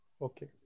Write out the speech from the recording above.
Okay